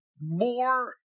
more